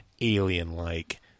alien-like